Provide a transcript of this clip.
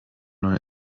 neue